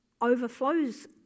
overflows